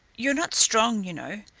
you're not strong, you know.